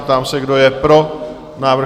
Ptám se, kdo je pro návrh?